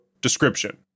Description